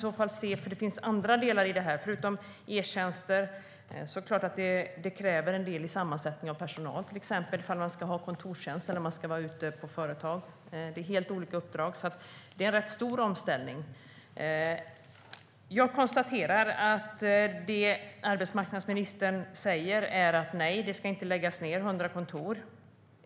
Men det finns ju andra delar i detta än bara e-tjänster. Det kräver en del av personalens sammansättning om man ska ha kontorstjänster eller vara ute på företag. Det är ju helt olika uppdrag. Det är alltså en rätt stor omställning. Jag konstaterar att det arbetsmarknadsministern säger är: Nej, det ska inte läggas ned 100 kontor.